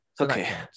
Okay